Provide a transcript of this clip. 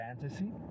fantasy